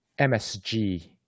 MSG